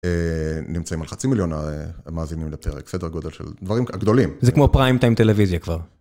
נמצאים על חצי מיליון מאזינים לפרק, סדר גודל של דברים גדולים. זה כמו פריים טיים טלוויזיה כבר.